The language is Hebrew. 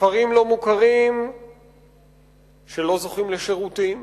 כפרים לא מוכרים שלא זוכים לשירותים,